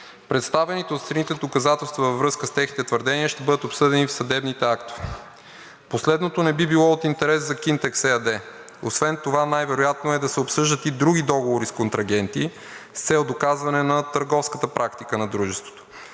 представените от страните доказателства във връзка с техните твърдения ще бъдат обсъдени в съдебните актове. Последното не би било от интерес за „Кинтекс“ ЕАД, освен това най-вероятно е да се обсъждат и други договори с контрагенти с цел доказване на търговската практика на дружеството,